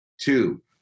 Two